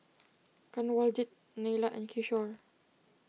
Kanwaljit Neila and Kishore